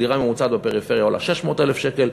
דירה ממוצעת בפריפריה עולה 600,000 שקל.